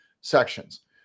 sections